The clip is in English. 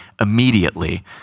immediately